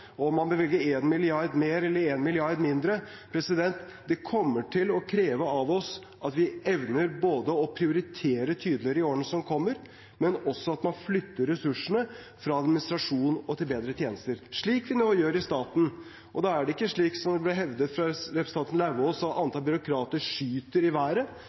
man bevilger 1 mrd. kr mer eller 1 mrd. kr mindre. Det kommer til å kreve av oss at vi evner både å prioritere tydeligere i årene som kommer, og at man flytter ressursene fra administrasjon til bedre tjenester – slik vi nå gjør i staten. Da er det ikke slik som det ble hevdet av representanten Lauvås, at antall byråkrater skyter i været.